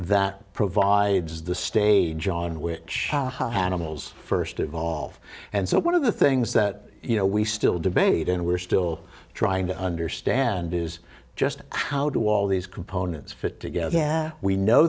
that provides the stage on which animals first evolve and so one of the things that you know we still debate and we're still trying to understand is just how do all these components fit together yeah we know